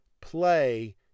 play